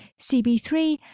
CB3